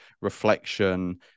reflection